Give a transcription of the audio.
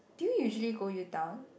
do you usually go Utown